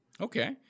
Okay